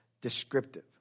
descriptive